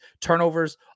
turnovers